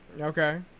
okay